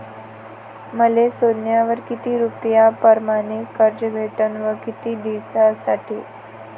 मले सोन्यावर किती रुपया परमाने कर्ज भेटन व किती दिसासाठी?